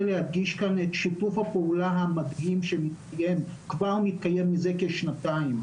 להדגיש כאן את שיתוף הפעולה המדהים שמתקיים כבר מתקיים מזה כשנתיים,